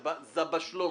זה בעיה שלו,